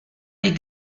les